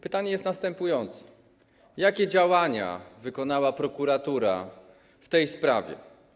Pytanie jest następujące: Jakie działania wykonała prokuratura w tej sprawie?